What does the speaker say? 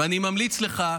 ואני ממליץ לך,